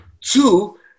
Two